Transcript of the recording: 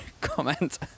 comment